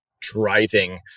driving